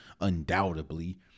undoubtedly